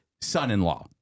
son-in-law